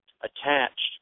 attached